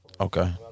okay